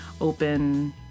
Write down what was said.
open